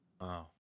Wow